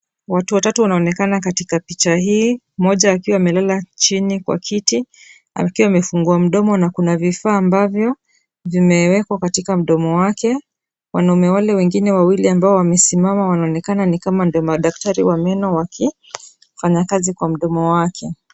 Watu watatu wanaonekana katika picha hii mmoja akiwa amelala chini kwa kiti akiwa amefungua mdomo na Kuna vifaa ambavyo vimewekwa katika mdomo wake. Wanaume wale wawili ambao wamesimama wanaonekana ni kama ndio madaktari wa meno wakifanya kazi kwa mdomo wake.